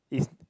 it's